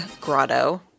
Grotto